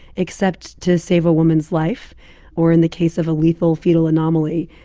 except to save a woman's life or in the case of a lethal fetal anomaly.